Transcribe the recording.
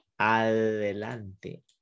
Adelante